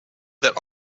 that